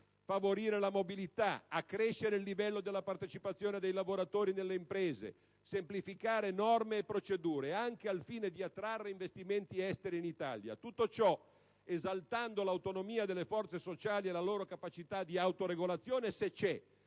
favorire la mobilità, accrescere il livello della partecipazione dei lavoratori nelle imprese, semplificare norme e procedure, anche al fine di attrarre investimenti diretti esteri in Italia. Tutto ciò, esaltando l'autonomia delle forze sociali e la loro capacità di autoregolazione, ma